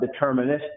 deterministic